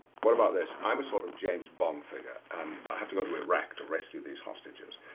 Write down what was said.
what about this? i'm a sort of james bond figure. and i have to go to iraq to rescue these hostages.